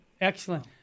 Excellent